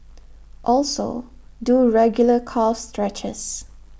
also do regular calf stretches